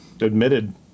admitted